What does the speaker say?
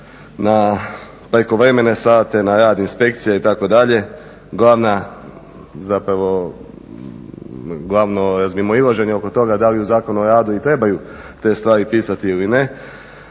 na prekovremene sate, na rad inspekcije itd. Glavna zapravo, glavno razmimoilaženje oko toga da li u Zakonu o radu i trebaju te stvari pisati ili ne.